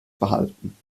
behalten